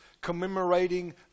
commemorating